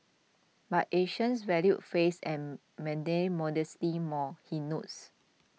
but Asians value face and mandate modesty more he notes